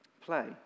play